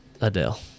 Adele